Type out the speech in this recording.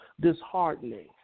disheartening